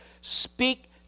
speak